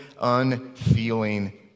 unfeeling